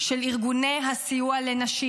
של ארגוני הסיוע לנשים,